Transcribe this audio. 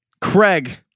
Craig